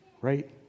Right